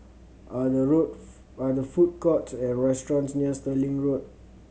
are there road are there food courts or restaurants near Stirling Road